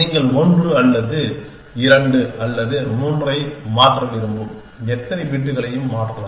நீங்கள் 1 அல்லது 2 அல்லது 3 ஐ மாற்ற விரும்பும் எத்தனை பிட்களையும் மாற்றலாம்